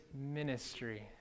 ministry